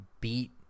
beat